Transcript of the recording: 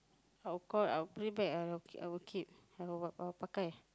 of course I will pray back I will I will keep I will pakai